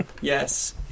yes